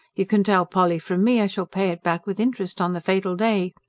you can tell polly from me i shall pay it back with interest on the fatal day.